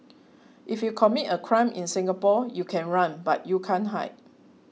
if you commit a crime in Singapore you can run but you can't hide